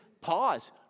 pause